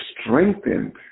strengthened